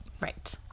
Right